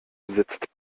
sitzt